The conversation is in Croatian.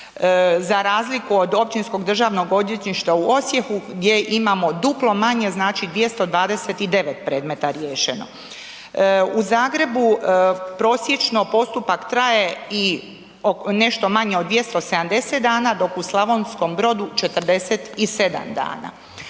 za razliku Općinskog državnog odvjetništva u Osijeku gdje imamo duplo manje znači 229 predmeta riješeno. U Zagrebu prosječno postupak traje i nešto manje od 270 dana dok u Slavonskom Brodu 47 dana.